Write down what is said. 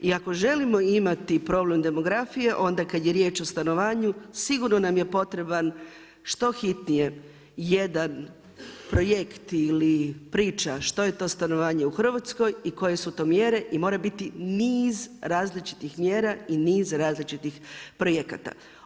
I ako želimo imati problem demografije, onda kad je riječ o stanovanju, sigurno nam je potreban što hitnije jedan projekt ili priča što je to stanovanje u Hrvatskoj i koje su to mjere i moraju biti niz različitih mjera i niz različitih projekata.